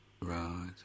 Right